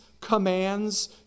commands